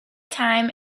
time